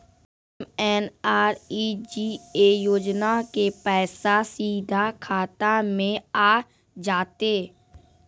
MNREGA योजना के पैसा सीधा खाता मे आ जाते?